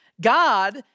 God